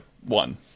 one